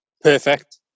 perfect